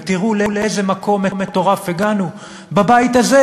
ותראו לאיזה מקום מטורף הגענו בבית הזה,